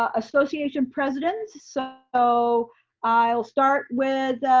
ah association president, so i'll start with